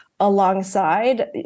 Alongside